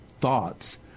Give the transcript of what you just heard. thoughts